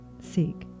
Seek